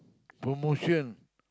promotion